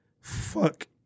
Fuck